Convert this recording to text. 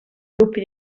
gruppi